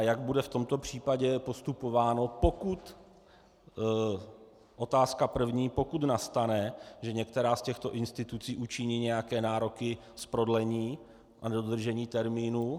Jak bude v tomto případě postupováno, pokud otázka první pokud nastane, že některá z těchto institucí učiní nějaké nároky z prodlení a nedodržení termínu?